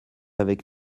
avec